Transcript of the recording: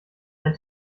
ein